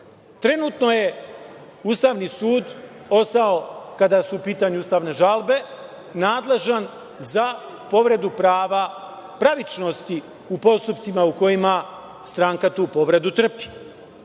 prava. Trenutno je Ustavni sud ostao kada su u pitanju ustavne žalbe nadležan za povredu prava pravičnosti u postupcima o kojima stranka tu povredu trpi.